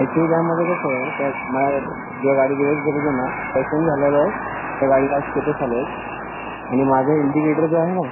actually त्यामध्ये कसं आहे त्यात मी जेव्हा गाडी रिवर्स घेत होतो ना ॲक्सिडंट झाल्यावर त्या गाडीला स्क्रेचेस आले आहेत आणि माझं इंडिकेटर जो आहे ना